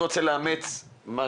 כמו